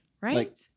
Right